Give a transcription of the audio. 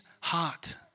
heart